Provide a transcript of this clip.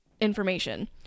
information